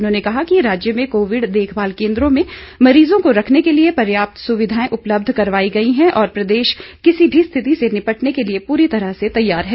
उन्होंने कहा कि राज्य में कोविड देखभाल केंद्रों में मरीजों को रखने के लिए पर्याप्त सुविधाएं उपलब्ध करवाई गई हैं और प्रदेश किसी भी स्थिति से निपटने के लिए पूरी तरह से तैयार है